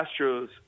Astros